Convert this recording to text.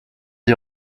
d’y